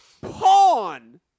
pawn